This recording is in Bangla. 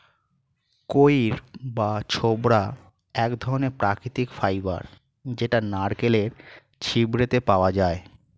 কইর বা ছোবড়া এক ধরণের প্রাকৃতিক ফাইবার যেটা নারকেলের ছিবড়েতে পাওয়া যায়